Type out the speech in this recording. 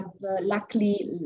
Luckily